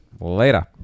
Later